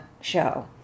show